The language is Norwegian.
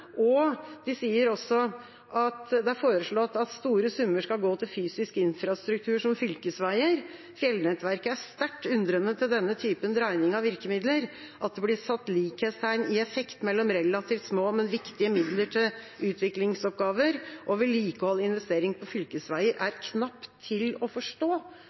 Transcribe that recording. De sier også at det er foreslått at store summer skal gå til fysisk infrastruktur som fylkesveier. Fjellnettverket er sterkt undrende til denne typen dreining av virkemidler. At det blir satt likhetstegn i effekt mellom relativt små, men viktige midler til utviklingsoppgaver og vedlikehold og investering til fylkesveier, er knapt til å forstå,